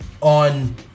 on